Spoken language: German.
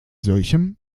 solchem